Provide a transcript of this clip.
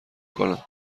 کنم